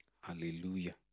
Hallelujah